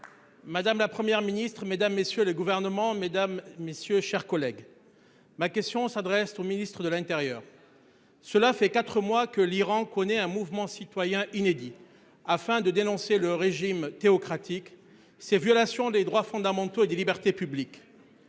Madame, la Première Ministre Mesdames messieurs les gouvernements, mesdames, messieurs, chers collègues. Ma question s'adresse au ministre de l'Intérieur. Cela fait 4 mois que l'Iran connaît un mouvement citoyen inédit afin de dénoncer le régime théocratique ces violations des droits fondamentaux et des libertés publiques.